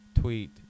tweet